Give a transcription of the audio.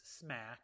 smack